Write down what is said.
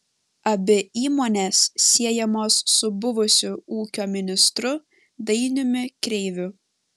abi įmonės siejamos su buvusiu ūkio ministru dainiumi kreiviu